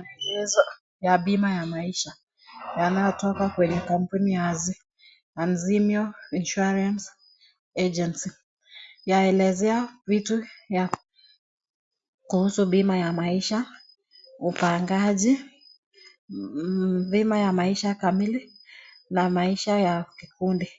Maelezo ya bima ya maisha yanayo toka kwenye kampuni ya Anziano Insurance Agency, yaelezea vitu kuhusu bima ya maisha, upangaji, bima ya maisha kamili na maisha ya kikundi .